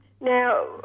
Now